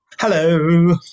Hello